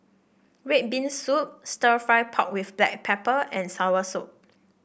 red bean soup stir fry pork with Black Pepper and Soursop